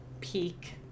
peak